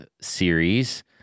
series